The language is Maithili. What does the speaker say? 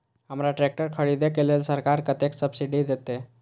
हमरा ट्रैक्टर खरदे के लेल सरकार कतेक सब्सीडी देते?